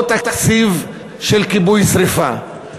או תקציב של כיבוי שרפה?